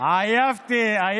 אם אתה רוצה, אני בשנייה, אותו.